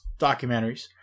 documentaries